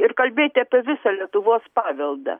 ir kalbėti apie visą lietuvos paveldą